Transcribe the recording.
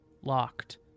Locked